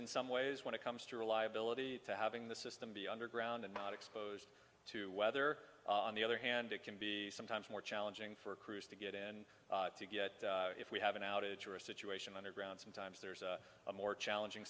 in some ways when it comes to reliability to having the system be underground and not exposed to weather on the other hand it can be sometimes more challenging for crews to get in to get if we have an outage or a situation underground sometimes there's a more challenging